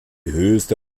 höchste